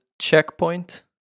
CHECKPOINT